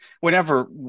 whenever